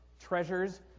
treasures